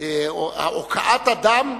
הוקעת אדם,